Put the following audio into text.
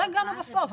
לא הגענו בסוף.